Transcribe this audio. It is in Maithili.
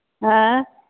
आंय